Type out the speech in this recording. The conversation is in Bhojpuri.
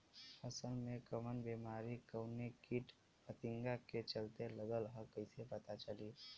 फसल में कवन बेमारी कवने कीट फतिंगा के चलते लगल ह कइसे पता चली?